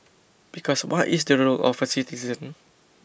because what is the role of a citizen